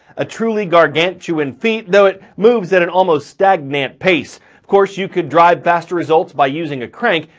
a truly gargantuan feat though it moves at an almost stagnant pace. of course, you could drive faster results by using a crank,